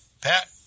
Pat